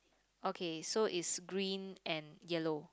okay so is green and yellow